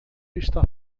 está